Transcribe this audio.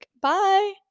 Bye